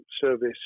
service